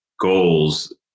goals